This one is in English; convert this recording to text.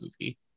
movie